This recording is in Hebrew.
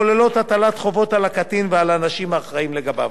שכוללות הטלת חובות על הקטין ועל האנשים האחראים לו.